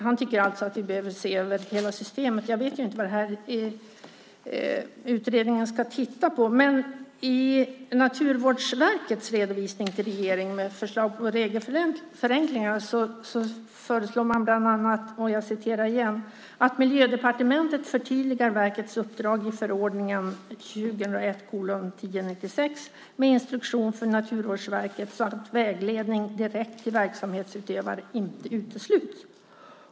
Han tycker alltså att vi behöver se över hela systemet. Jag vet ju inte vad den här utredningen ska titta på, men i Naturvårdsverkets redovisning till regeringen med förslag på regelförenklingar föreslår man bland annat att Miljödepartementet "förtydligar verkets uppdrag i förordningen med instruktionen för Naturvårdsverket, så att vägledning direkt till verksamhetsutövare inte utesluts".